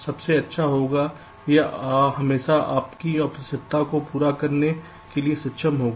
सबसे अच्छा होगा या हमेशा आपकी आवश्यकताओं को पूरा करने में सक्षम होगा